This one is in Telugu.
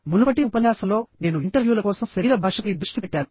మునుపటి ఉపన్యాసంలో నేను ఇంటర్వ్యూల కోసం శరీర భాషపై దృష్టి పెట్టాను